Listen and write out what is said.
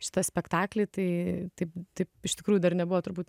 šitą spektaklį tai taip taip iš tikrųjų dar nebuvo turbūt